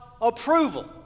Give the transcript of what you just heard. approval